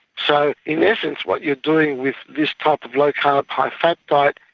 so in essence what you are doing with this type of low carb, high fat diet,